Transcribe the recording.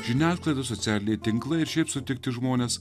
žiniasklaida socialiniai tinklai ir šiaip sutikti žmonės